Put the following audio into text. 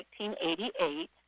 1988